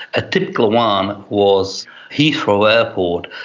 a typical one was heathrow airport.